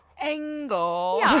angle